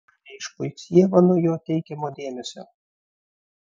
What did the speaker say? ar neišpuiks ieva nuo jai teikiamo dėmesio